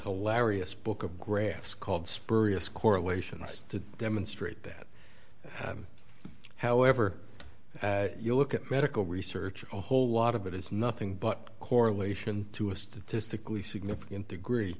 hilarious book of graphs called spurious correlations to demonstrate that however you look at medical research a whole lot of it is nothing but correlation to a statistically significant degree